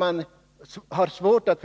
Jag har svårt att